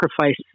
sacrifice